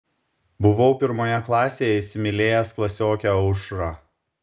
buvau pirmoje klasėje įsimylėjęs klasiokę aušrą